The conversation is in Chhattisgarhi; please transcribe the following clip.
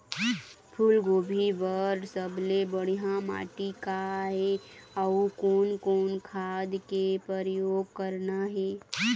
फूलगोभी बर सबले बढ़िया माटी का ये? अउ कोन कोन खाद के प्रयोग करना ये?